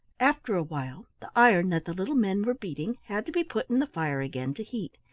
after a while the iron that the little men were beating had to be put in the fire again to heat,